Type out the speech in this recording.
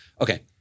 Okay